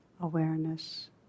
awareness